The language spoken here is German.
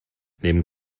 neben